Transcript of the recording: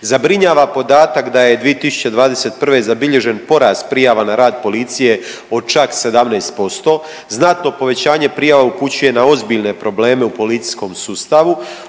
Zabrinjava podatak da je 2021. zabilježen porast prijava na rad policije od čak 17%, znatno povećanje prijava upućuje na ozbiljne probleme u policijskom sustavu.